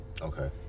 Okay